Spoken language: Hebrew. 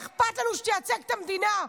אכפת לנו שתייצג את המדינה.